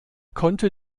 konnte